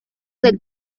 del